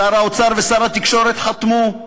שר האוצר ושר התקשורת חתמו,